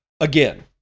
again